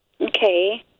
Okay